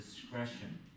discretion